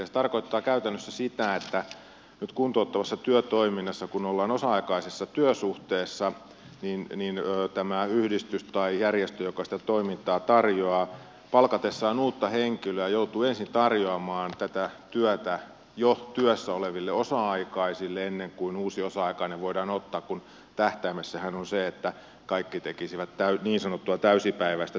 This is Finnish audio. se tarkoittaa käytännössä sitä että nyt kuntouttavassa työtoiminnassa kun ollaan osa aikaisessa työsuhteessa tämä yhdistys tai järjestö joka sitä toimintaa tarjoaa joutuu palkatessaan uutta henkilöä ensin tarjoamaan tätä työtä jo työssä oleville osa aikaisille ennen kuin uusi osa aikainen voidaan ottaa kun tähtäimessähän on se että kaikki tekisivät niin sanottua täysipäiväistä työsuhdetta